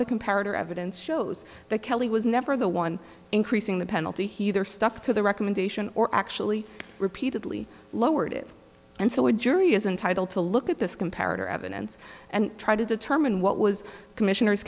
the comparative evidence shows that kelly was never the one increasing the penalty he either stuck to the recommendation or actually repeatedly lowered it and so a jury is entitle to look at this comparative evidence and try to determine what was commissioners